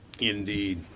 Indeed